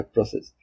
Process